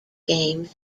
games